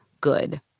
good